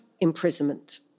imprisonment